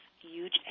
huge